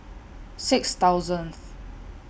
six thousandth